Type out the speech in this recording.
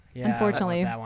Unfortunately